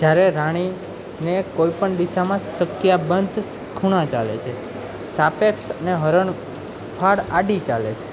જ્યારે રાણીને કોઈ પણ દિશામાં સંખ્યાબંધ ખૂણા ચાલે છે સાપેક્ષ અને હરણફાડ આડી ચાલે છે